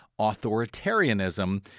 authoritarianism